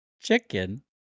Chicken